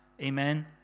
amen